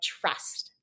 trust